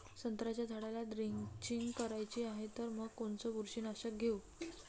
संत्र्याच्या झाडाला द्रेंचींग करायची हाये तर मग कोनच बुरशीनाशक घेऊ?